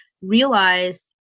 realized